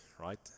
right